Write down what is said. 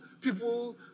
people